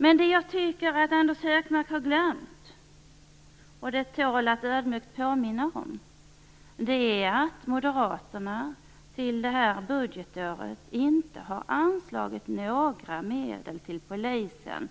Men det jag tycker att Anders Högmark har glömt, och det tål att ödmjukt påminna om, är att Moderaterna till det här budgetåret inte har anslagit några medel till polisen